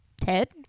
Ted